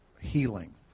healing